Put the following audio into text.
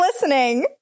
listening